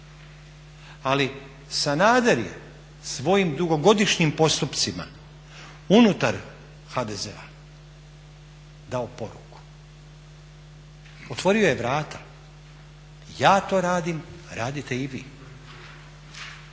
Ali Sanader je svojim dugogodišnjim postupcima unutar HDZ-a dao poruku, otvorio je vrata, ja to radim, radite i vi.